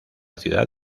ciudad